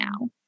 now